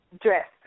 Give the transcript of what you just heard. dress